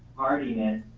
hardiness,